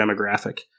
demographic